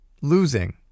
losing